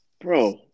bro